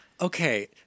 okay